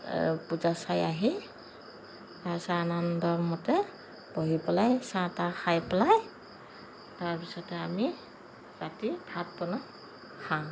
পূজা চাই আহি তাৰ পিছত আনন্দ মতে বহি পেলাই চাহ তাহ খাই পেলাই তাৰ পিছতে আমি ৰাতি ভাত বনাওঁ খাওঁ